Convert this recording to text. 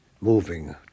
moving